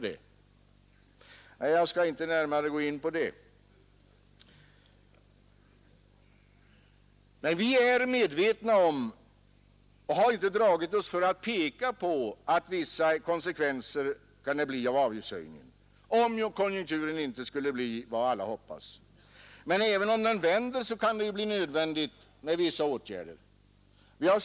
Det var inte hälften så mycket diskussioner och rabalder om den saken, ty då fanns det inga som helst chanser att få bort regeringen som man trott i inledningen av debatten kring det nya skattepaketet. Det är hela förklaringen.